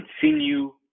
Continue